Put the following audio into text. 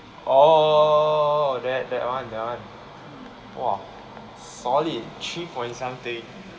oh that that one that one !wah! solid three point something